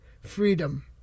freedom